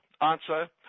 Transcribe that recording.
Answer